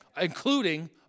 including